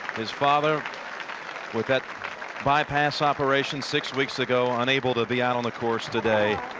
his father with that bypass operation six weeks ago, unable to be out on the course today.